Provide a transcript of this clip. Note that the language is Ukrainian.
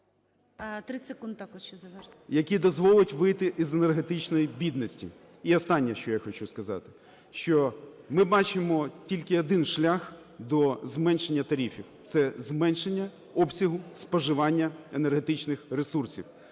ЗУБКО Г.Г. … який дозволить вийти із енергетичної бідності. І останнє, що я хочу сказати, що ми бачимо тільки один шлях до зменшення тарифів – це зменшення обсягу споживання енергетичних ресурсів.